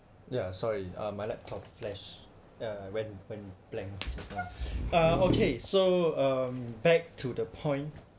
ya sorry my laptop flash went went blank just now uh okay so um back to the point